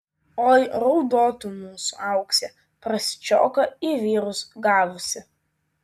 oi raudotų mūsų auksė prasčioką į vyrus gavusi